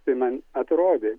tai man atrodė